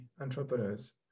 entrepreneurs